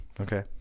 Okay